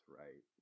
right